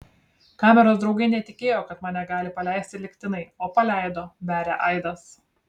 kameros draugai netikėjo kad mane gali paleisti lygtinai o paleido beria aidas